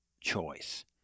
choice